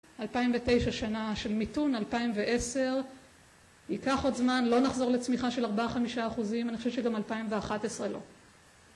2009 שנה של מיתון, 2010 ייקח עוד זמן, לא נחזור לצמיחה של 4-5% אני חושבת שגם 2011 לא